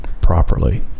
properly